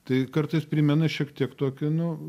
tai kartais primena šiek tiek tokį nu